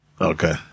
Okay